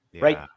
right